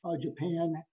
Japan